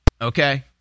okay